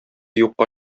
юкка